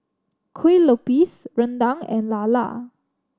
Kueh Lupis rendang and lala